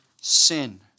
sin